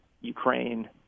Ukraine